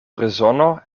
rezono